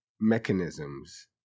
mechanisms